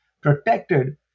protected